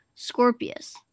Scorpius